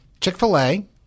Chick-fil-A